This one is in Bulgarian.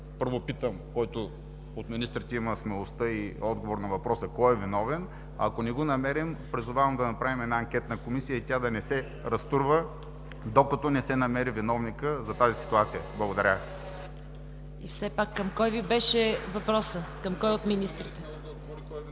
първо, питам – който от министрите има смелостта и отговор на въпроса, кой е виновен? Ако не го намерим, призовавам да направим една анкетна комисия и тя да не се разтурва, докато не се намери виновникът за тази ситуация. Благодаря Ви. ПРЕДСЕДАТЕЛ ЦВЕТА КАРАЯНЧЕВА: И все пак към кого Ви беше въпросът, към кого от министрите?